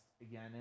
again